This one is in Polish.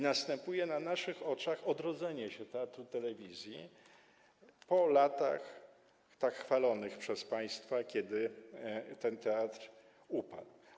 Następuje na naszych oczach odrodzenie się Teatru Telewizji po latach tak chwalonych przez państwa, kiedy ten teatr upadł.